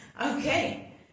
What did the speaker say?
Okay